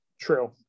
True